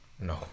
No